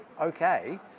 okay